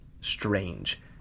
strange